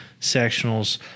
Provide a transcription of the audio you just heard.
sectionals